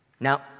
Now